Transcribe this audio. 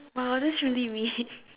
oh that's really mean